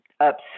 upset